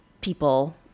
people